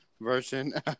version